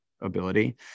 ability